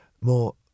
more